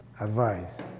advice